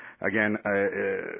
again